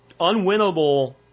unwinnable